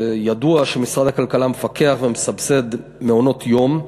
ידוע שמשרד הכלכלה מפקח ומסבסד מעונות-יום,